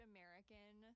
American